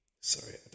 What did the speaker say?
Sorry